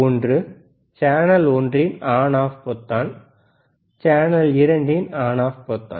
ஒன்று சேனல் ஒன்றின் on off பொத்தான் சேனல் இரண்டின் ஆன் ஆஃப் பொத்தான்